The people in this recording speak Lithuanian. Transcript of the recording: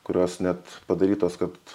kurios net padarytos kad